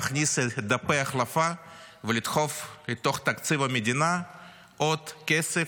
להכניס דפי החלפה ולדחוף לתוך תקציב המדינה עוד כסף,